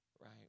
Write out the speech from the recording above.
right